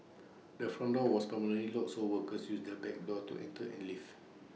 the front door was permanently locked so workers used the back door to enter and leave